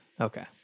Okay